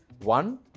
One